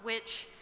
which,